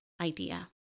idea